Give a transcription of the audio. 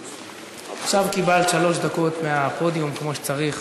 עכשיו קיבלת שלוש דקות מהפודיום כמו שצריך.